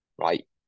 right